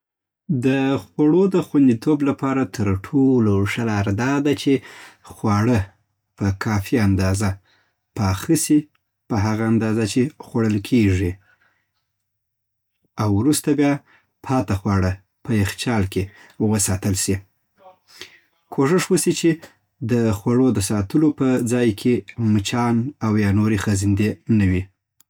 د خوړو د خوندیتوب لپاره تر ټولو ښه لاره داده چی خواړه په کافی اندازه پاخه سی په هغه اندازه چی خوړل کیږی او وروسته بیا پاته خواړه په یخچال کی وساتل سی کوښښ وسی چی د خوړو د ساتلو په ځآی کی مچان اویا نوری خزندی نه وی